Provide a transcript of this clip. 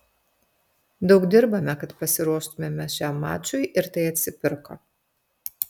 daug dirbome kad pasiruoštumėme šiam mačui ir tai atsipirko